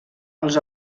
els